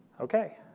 Okay